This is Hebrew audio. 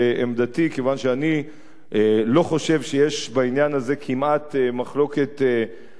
כיוון שאני לא חושב שיש בעניין הזה כמעט מחלוקת היסטורית,